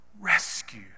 rescue